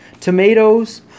tomatoes